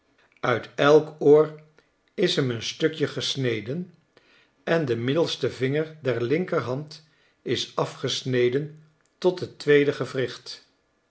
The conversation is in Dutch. uit elk oor is hem een stukje gesneden en de middelste vinger der linkerhand is afgesneden tot het tweede gewricht